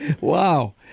Wow